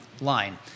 line